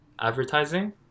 advertising